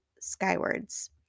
skywards